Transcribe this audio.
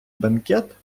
бенкет